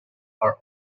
are